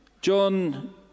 John